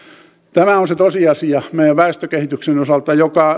tämä on se tosiasia meidän väestökehityksen osalta joka